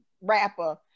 rapper